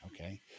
Okay